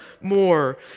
more